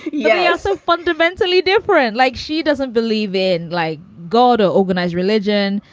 yeah ah so fundamentally different like she doesn't believe in like god or organized religion.